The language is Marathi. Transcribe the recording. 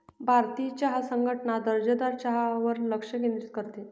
भारतीय चहा संघटना दर्जेदार चहावर लक्ष केंद्रित करते